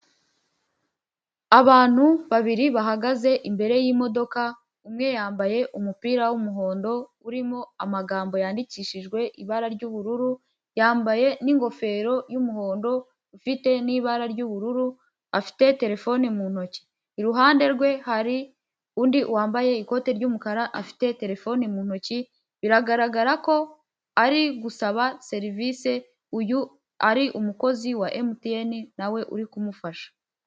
Abantu babiri bahagaze imbere y'imodoka umwe yambaye umupira w'umuhondo urimo amagambo yandikishijwe ibara ry'ubururu yambaye n'ingofero y'umuhondo ifite n'ibara ry'ubururu afite telefone mu ntoki, iruhande rwe hari undi wambaye ikoti ry'umukara afite terefone mu ntoki biragaragara ko ari gusaba serivisi uyu ari umukozi wa emutiyeni nawe uri kumufasha.